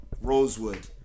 Rosewood